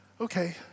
Okay